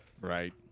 Right